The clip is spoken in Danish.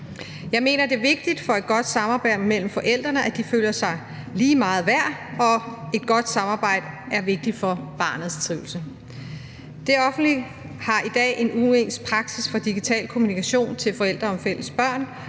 Jeg mener, det er vigtigt for et godt samarbejde mellem forældrene, at de føler sig lige meget værd, og et godt samarbejde er vigtigt for barnets trivsel. Det offentlige har i dag en uensartet praksis for digital kommunikation til forældre om fælles børn.